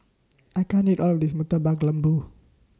I can't eat All of This Murtabak Lembu